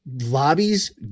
lobbies